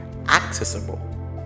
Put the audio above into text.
accessible